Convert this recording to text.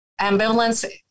ambivalence